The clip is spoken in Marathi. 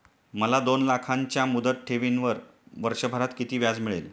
मला दोन लाखांच्या मुदत ठेवीवर वर्षभरात किती व्याज मिळेल?